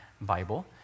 Bible